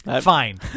fine